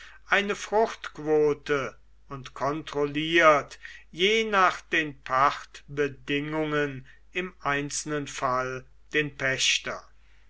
eine fruchtquote und kontrolliert je nach den pachtbedingungen im einzelnen fall den pächter